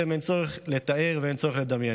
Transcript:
בעצם אין צורך לתאר ואין צורך לדמיין.